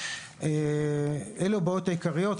אלה הבעיות העיקריות.